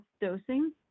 dosing